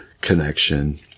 connection